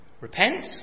repent